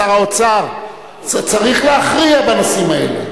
שר האוצר צריך להכריע בנושאים האלה.